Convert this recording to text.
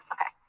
Okay